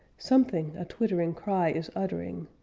something a twittering cry is uttering.